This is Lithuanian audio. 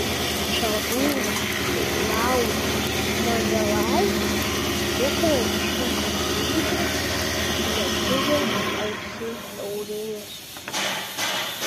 šarūnas ir laura mazalai dukrai išrinko neįprastą lietuvio ausiai aurėjos vardą